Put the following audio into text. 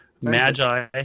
magi